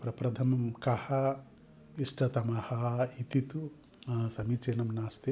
प्रथमं कः इष्टतमः इति तु समीचीनं नास्ति